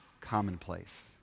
commonplace